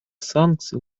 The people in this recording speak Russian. санкций